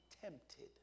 tempted